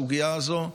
בסוגיה הזאת,